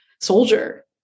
soldier